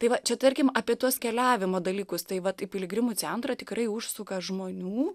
tai va čia tarkim apie tuos keliavimo dalykus tai vat į piligrimų centrą tikrai užsuka žmonių